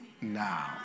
now